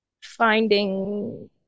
finding